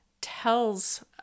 tells